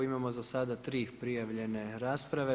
Imamo za sada tri prijavljene rasprave.